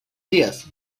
días